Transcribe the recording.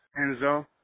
Enzo